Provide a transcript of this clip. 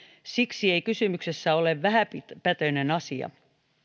siksi ei kysymyksessä ole vähäpätöinen asia